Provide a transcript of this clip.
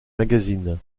magazines